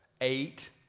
Eight